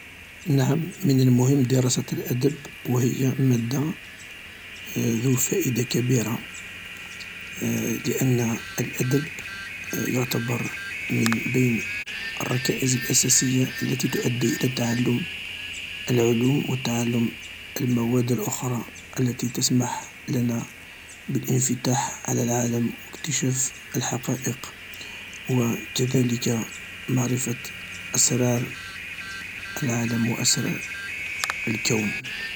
نعم من المهم دراسة الأدب و هي مادة ذو فائدة كبيرة لأن الأدب يعتبر من بين الركائز الأساسية التي تؤدي الى تعلم العلوم و تعلم المواد الأخرى التي تسمح لنا بالإنفتاح على العالم و اكتشاف الحقائق و كذلك معرفة أسرار العالم و أسرار الكون.